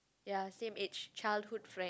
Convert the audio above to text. ya same age childhood friend